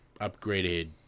upgraded